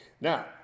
Now